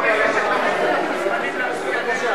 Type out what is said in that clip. אדוני היושב-ראש,